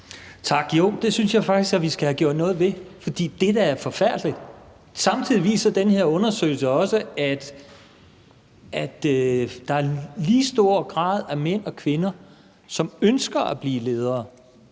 Tak. Jo, det synes jeg faktisk vi skal have gjort noget ved, for det er da forfærdeligt. Samtidig viser den her undersøgelse også, at der er en lige stor andel af mænd og kvinder, som ønsker at blive ledere,